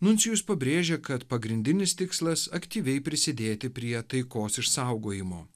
nuncijus pabrėžė kad pagrindinis tikslas aktyviai prisidėti prie taikos išsaugojimo